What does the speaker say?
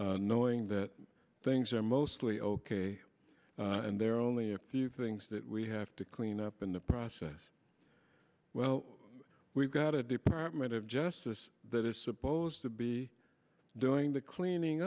night knowing that things are mostly ok and there are only a few things that we have to clean up in the process well we've got a department of justice that is supposed to be doing the cleaning